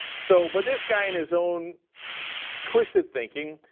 so but this guy, in his own twisted thinking,